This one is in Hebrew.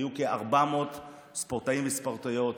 היו כ-400 ספורטאים וספורטאיות,